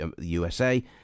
USA